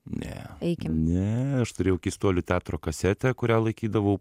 ne ne aš turėjau keistuolių teatro kasetę kurią laikydavau